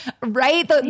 right